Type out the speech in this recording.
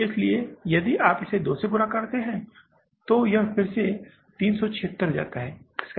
इसलिए यदि आप इसे दो से गुणा करते हैं तो यह फिर से 376 हो जाता है